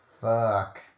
Fuck